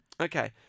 Okay